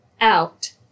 out